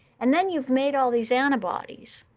and then you've made all these antibodies,